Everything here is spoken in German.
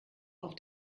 auf